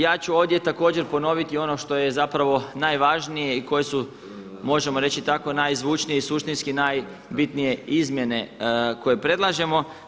Ja ću ovdje također ponoviti ono što je zapravo najvažnije i koje su možemo reći tako najzvučnije i suštinski najbitnije izmjene koje predlažemo.